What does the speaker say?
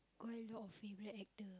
quite a lot of favourite actor